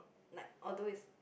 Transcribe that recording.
like although is